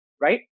right